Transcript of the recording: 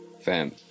fam